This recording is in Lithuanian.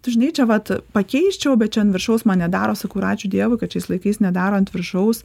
tu žinai čia vat pakeisčiau bet čia ant viršaus man nedaro sakau ir ačiū dievui kad šiais laikais nedaro ant viršaus